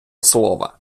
слова